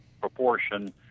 proportion